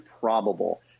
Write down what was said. probable